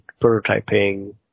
prototyping